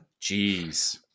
Jeez